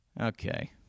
okay